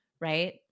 right